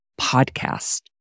podcast